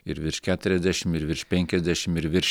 ir virš keturiasdešim ir virš penkiasdešim ir virš